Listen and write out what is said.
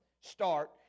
start